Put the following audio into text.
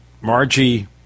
Margie